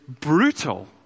brutal